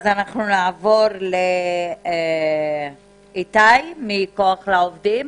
ואנחנו נעבור לאיתי סבירסקי מ"כוח לעובדים".